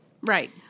Right